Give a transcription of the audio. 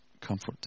comfort